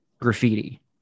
graffiti